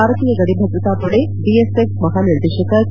ಭಾರತೀಯ ಗಡಿ ಭದ್ರತಾ ಪಡೆ ಬಿಎಸ್ಎಫ್ ಮಹಾ ನಿರ್ದೇಶಕ ಕೆ